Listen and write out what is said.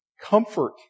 comfort